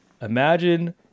Imagine